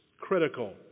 Critical